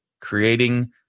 creating